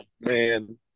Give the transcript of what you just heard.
man